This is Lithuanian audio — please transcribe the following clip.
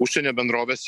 užsienio bendrovės